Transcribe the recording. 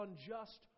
unjust